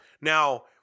Now